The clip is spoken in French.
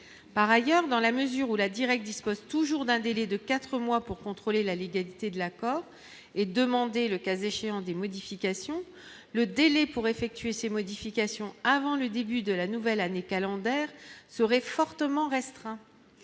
par ailleurs, dans la mesure où la direc dispose toujours d'un délai de 4 mois pour contrôler la légalité de l'accord et demander, le cas échéant des modifications, le délai pour effectuer ces modifications avant le début de la nouvelle année calendaire serait fortement restreint